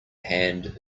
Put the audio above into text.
hand